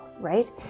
right